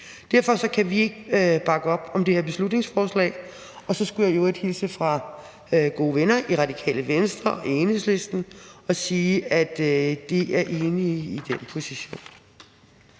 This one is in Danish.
Derfor kan vi ikke bakke op om det her beslutningsforslag. Og så skulle jeg i øvrigt hilse fra gode venner i Radikale Venstre og Enhedslisten og sige, at de er enige i den position.